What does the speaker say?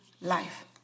life